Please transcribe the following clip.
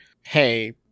hey